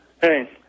hey